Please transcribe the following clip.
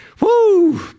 Woo